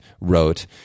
wrote